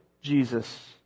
Jesus